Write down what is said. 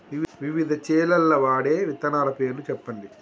వివిధ చేలల్ల వాడే విత్తనాల పేర్లు చెప్పండి?